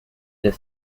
the